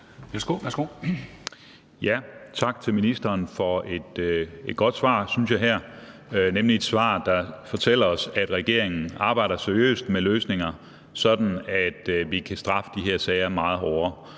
Tak til ministeren for et godt svar her, synes jeg, nemlig et svar, der fortæller os, at regeringen arbejder seriøst med løsninger, sådan at vi kan straffe meget hårdere